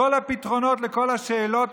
לכל הפתרונות, לכל השאלות